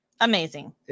Amazing